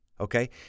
Okay